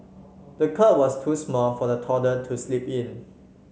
the cot was too small for the toddler to sleep in